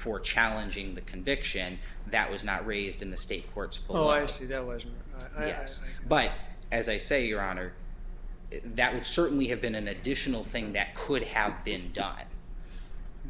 for challenging the conviction that was not raised in the state courts oh yes you know as i say but as i say your honor that would certainly have been an additional thing that could have been dyed